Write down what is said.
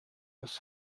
was